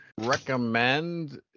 recommend